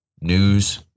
news